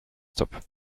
stop